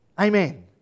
Amen